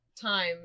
time